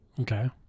Okay